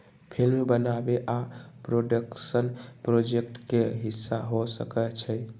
film बनाबे आ production project के हिस्सा हो सकइ छइ